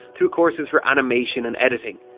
through courses for animation and editing.